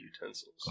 utensils